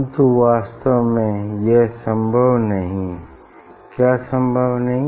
परन्तु वास्तव में यह संभव नहीं क्या संभव नहीं